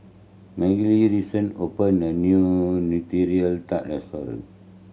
Mary recent opened a new Nutella Tart restaurant